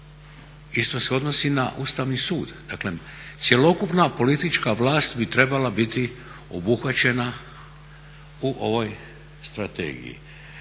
isto se odnosi na Ustavni sud. Dakle cjelokupna politička vlast bi trebala biti obuhvaćena u ovoj strategiji.